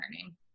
learning